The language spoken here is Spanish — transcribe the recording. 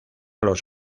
los